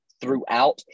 throughout